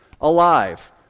alive